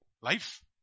life